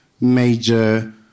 Major